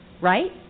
right